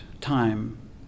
time